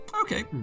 Okay